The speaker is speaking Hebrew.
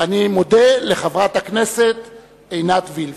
אני מודה לחברת הכנסת עינת וילף.